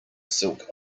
silk